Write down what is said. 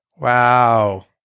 Wow